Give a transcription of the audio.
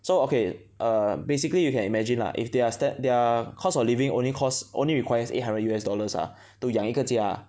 so okay err basically you can imagine lah if they are stan~ if their cost of living only costs only requires eight hundred U_S dollars ah to 养一个家